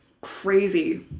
crazy